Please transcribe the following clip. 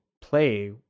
play